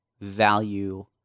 value